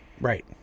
right